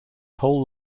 whole